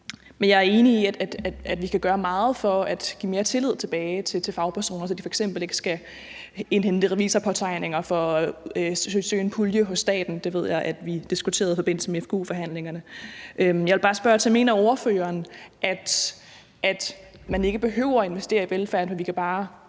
Men jeg er enig i, at vi kan gøre meget for at give mere tillid tilbage til fagpersoner, så man f.eks. ikke skal indhente revisorpåtegninger for at søge en pulje hos staten. Det ved jeg at vi diskuterede i forbindelse med fgu-forhandlingerne. Jeg vil bare spørge: Mener ordføreren, at man ikke behøver at investere i velfærden, og at vi bare